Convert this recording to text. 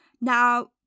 Now